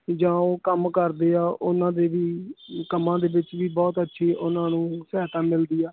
ਜਾਂ ਉਹ ਕੰਮ ਕਰਦੇ ਆ ਉਹਨਾਂ ਦੇ ਵੀ ਕੰਮਾਂ ਦੇ ਵਿੱਚ ਵੀ ਬਹੁਤ ਅੱਛੀ ਉਹਨਾਂ ਨੂੰ ਸਹਾਇਤਾ ਮਿਲਦੀ ਆ